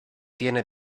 tiene